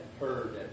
heard